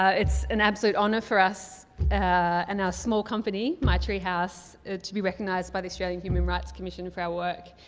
it's an absolute honor for us and our small company, maitee house to be recognized by the australian human rights commission for our work.